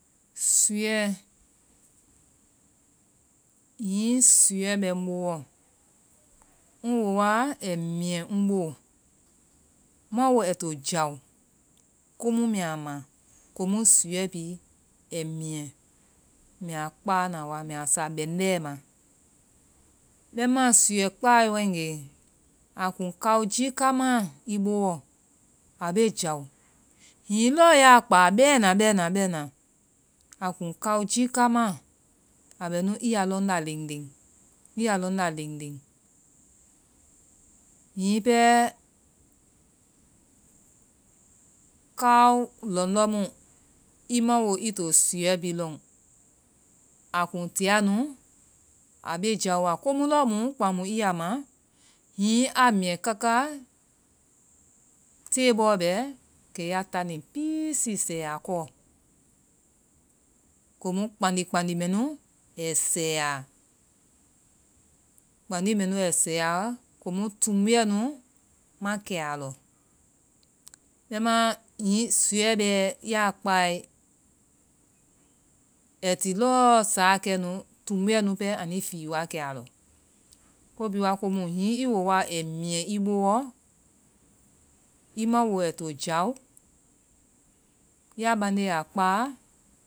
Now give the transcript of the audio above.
Suuɛ. Hiŋi suuɛ bɛ ŋ boɔ,ŋ woa ai miɛ ŋ bo. Ma wo ai to jao. Ko mu mɛ a ma komu suuɛ bi ai miɛ. Mɛ a kpa na wa. Mɛ a sa bɛŋdɛ ma. Bɛma suuɛ kpae wae ŋge, aa kuŋ kao jiika ma ii bo. Aa be jao. Hini lɔ ya kpa bena, bɛna, bena. Aa kuŋ kao jiika ma. Aa bɛ nu ii ya lɔnda len len. Ii ya lɔnda len len. Hiŋi pɛ kao lɔŋdɔ mu, ii ma wo ii to suuɛ bi lɔŋ, aa kuŋ tia nu. Aa be jao wa. Ko mu lɔ mu, kpaŋ mu ii ya ma, hiŋi a miɛ kaka, te bɔ bɛ kɛ ya ta lenpiisi sɛ a kɔ. Komu kpandi kpandi mɛ nu ai sɛ ya. Kpandi mɛ nu ai sɛ ya, komu tumbuɛnu ma kɛ a lɔ. Bɛma hiŋi suuɛ bɛ, ya kpae, ai ti lɔ sa kɛ nu, tumbuɛ nu, anui fii wa kɛ a lɔ. Ko binwa ko mu hiŋi ii woa ai miɛ ii boɔ, ii ma wo ai to jao, ya bande a kpaa